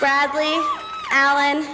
bradley allan